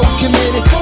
committed